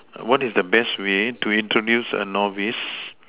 what is the best way to introduce a novice